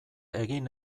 egin